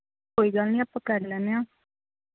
ਕੋਈ ਗੱਲ ਨਹੀਂ ਆਪਾਂ ਕਰ ਲੈਂਦੇ ਹਾਂ